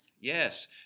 Yes